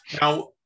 Now